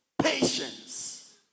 patience